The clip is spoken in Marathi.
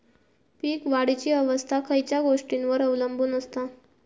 पीक वाढीची अवस्था खयच्या गोष्टींवर अवलंबून असता?